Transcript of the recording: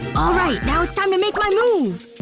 all right, now it's time to make my move!